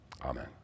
Amen